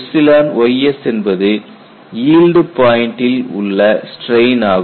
ys என்பது yield பாயிண்டில் உள்ள ஸ்ட்ரெயின் ஆகும்